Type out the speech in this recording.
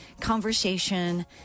conversation